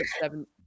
seven